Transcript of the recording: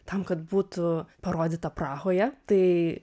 tam kad būtų parodyta prahoje tai